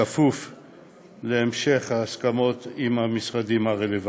בכפוף להמשך ההסכמות עם המשרדים הרלוונטיים.